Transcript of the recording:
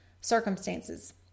circumstances